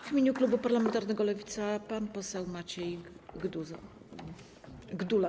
W imieniu klubu parlamentarnego Lewica pan poseł Maciej Gdula.